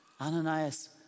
Ananias